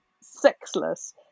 sexless